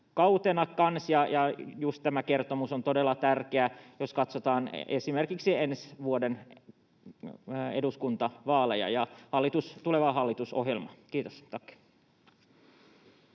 ja just tämä kertomus on todella tärkeä, jos katsotaan esimerkiksi ensi vuoden eduskuntavaaleja ja tulevaa hallitusohjelmaa. — Kiitos,